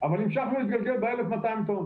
אבל המשכנו להתגלגל ב-1,200 טון